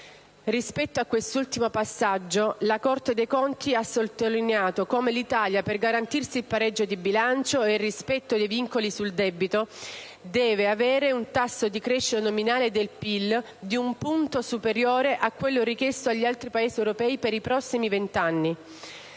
Rispetto a quest'ultimo passaggio la Corte dei conti ha sottolineato che l'Italia, per garantirsi il pareggio di bilancio e il rispetto dei vincoli sul debito, deve avere un tasso di crescita nominale del PIL di un punto superiore a quello richiesto agli altri Paesi europei per i prossimi vent'anni.